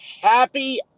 happy